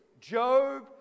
Job